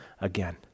again